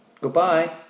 Goodbye